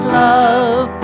love